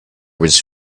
was